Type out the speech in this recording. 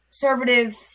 conservative